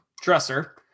dresser